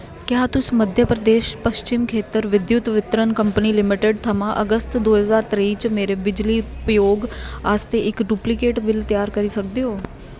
क्या तुस मध्य प्रदेश पच्छम खेत्ततर विद्युत वितरण कंपनी लिमिटिड थमां अगस्त दो ज्हार त्रेई च मेरे बिजली उपयोग आस्तै इक डुप्लीकेट बिल त्यार करी सकदे ओ